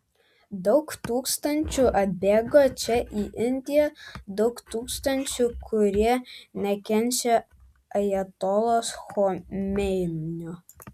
daug tūkstančių atbėgo čia į indiją daug tūkstančių kurie nekenčia ajatolos chomeinio